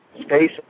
space